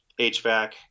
HVAC